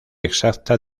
exacta